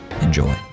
Enjoy